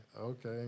Okay